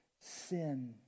sin